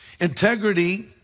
Integrity